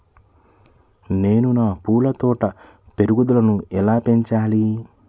నేను నా పూల తోట పెరుగుదలను ఎలా పెంచాలి?